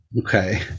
Okay